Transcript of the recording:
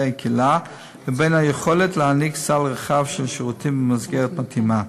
קהילה ובין היכולת להעניק סל רחב של שירותים במסגרת מתאימה.